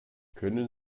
können